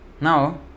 Now